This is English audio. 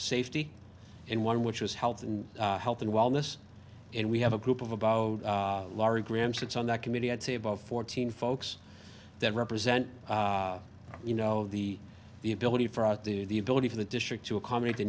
safety and one which was health and health and wellness and we have a group of about laurie graham sits on that committee i'd say about fourteen folks that represent you know the the ability for us to do the ability for the district to accommodate the